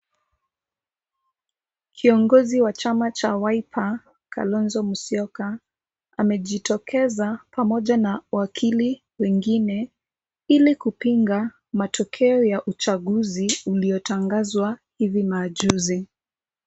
Kiongozi wa chama cha Wiper Kalonzo Musyoka amejitokeza pamoja na wakili wengine ili kupinga matokeo ya uchaguzi uliotangazwa hivi majuzi.